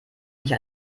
nicht